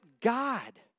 God